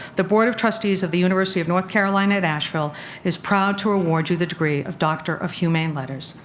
the board of trustees of the university of north carolina at asheville is proud to award you the degree of doctor of humane letters.